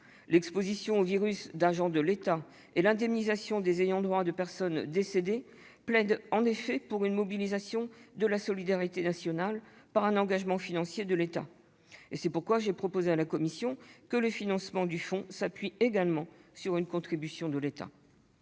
L'exposition au virus d'agents de l'État et l'indemnisation des ayants droit de personnes décédées plaident en effet pour une mobilisation de la solidarité nationale par un engagement financier de l'État. C'est pourquoi j'ai proposé à la commission que le financement du fonds s'appuie également sur une contribution de l'État.